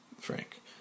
Frank